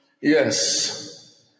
Yes